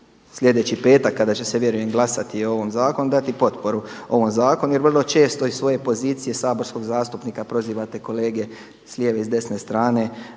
sljedeći petak kada će se vjerujem glasati o ovom zakonu dati potporu ovom zakonu jer vrlo često iz svoje pozicije saborskog zastupnika prozivate kolege s lijeve i desne strane